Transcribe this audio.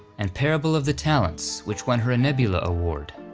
and parable of the talents, which won her a nebula award.